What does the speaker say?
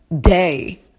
day